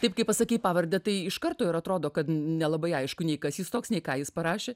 taip kai pasakei pavardę tai iš karto ir atrodo kad nelabai aišku nei kas jis toks nei ką jis parašė